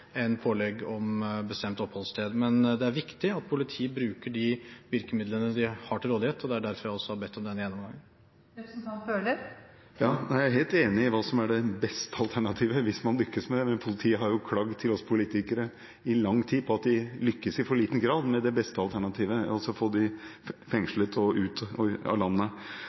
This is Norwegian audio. pålegg om bestemt oppholdssted. Men det er viktig at politiet bruker de virkemidlene de har til rådighet, og det er også derfor jeg har bedt om denne gjennomgangen. Jeg er helt enig i hva som er det beste alternativet hvis man skal lykkes, men politiet har jo klagd til oss politikere i lang tid over at de lykkes i for liten grad med det beste alternativet, altså å få dem fengslet og ut av landet.